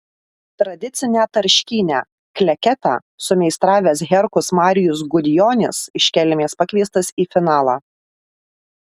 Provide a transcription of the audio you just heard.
tradicinę tarškynę kleketą sumeistravęs herkus marijus gudjonis iš kelmės pakviestas į finalą